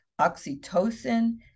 oxytocin